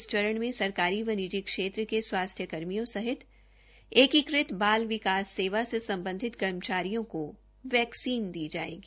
इस चरण में सरकारी व निजी क्षेत्र के स्वास्थ्य कर्मियों सहित ऐकीकृत बाल विकास सेवा से सम्बधित कर्मचारियों को वैक्सीन दी जायेगी